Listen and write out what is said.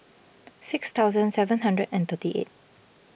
six thousand seven hundred and thirty eight